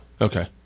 Okay